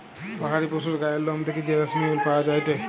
পাহাড়ি পশুর গায়ের লোম থেকে যে রেশমি উল পাওয়া যায়টে